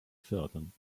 fördern